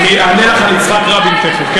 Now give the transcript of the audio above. אני אענה לך על יצחק רבין תכף.